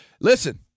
Listen